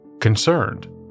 Concerned